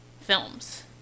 films